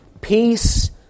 Peace